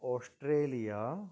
Australia